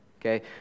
Okay